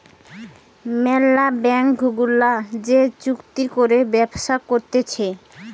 ম্যালা ব্যাঙ্ক গুলা যে চুক্তি করে ব্যবসা করতিছে